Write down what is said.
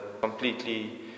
completely